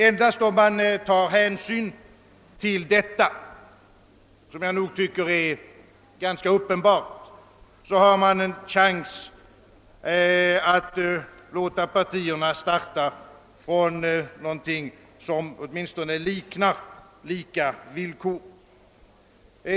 Endast om man beaktar detta — som jag tycker är ganska uppenbart —, har man en möjlighet att låta partierna arbeta på någonting som åtminstone liknar lika villkor.